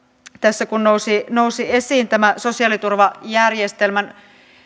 tässä kun nousivat esiin nämä sosiaaliturvajärjestelmän